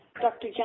Dr